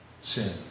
sin